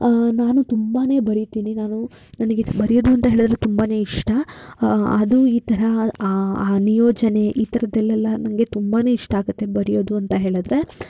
ನಾನು ತುಂಬಾ ಬರಿತೀನಿ ನಾನು ನನಗೆ ಬರೆಯೋದು ಅಂತ ಹೇಳಿದ್ರೆ ತುಂಬಾ ಇಷ್ಟ ಅದು ಈ ಥರ ಆ ನಿಯೋಜನೆ ಈ ಥರದ್ದಲ್ಲೆಲ್ಲ ನನಗೆ ತುಂಬಾ ಇಷ್ಟ ಆಗುತ್ತೆ ಬರೆಯೊದು ಅಂತ ಹೇಳಿದ್ರೆ